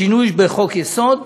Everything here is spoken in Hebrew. שינוי בחוק-יסוד